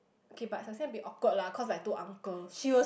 okay but the same be awkward lah cause like two uncles